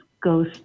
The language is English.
goes